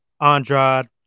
Andrade